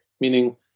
meaning